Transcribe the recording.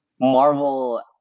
Marvel –